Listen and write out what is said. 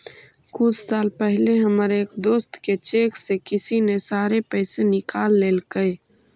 कुछ साल पहले हमर एक दोस्त के चेक से किसी ने सारे पैसे निकाल लेलकइ